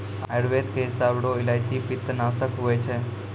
आयुर्वेद के हिसाब रो इलायची पित्तनासक हुवै छै